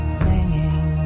singing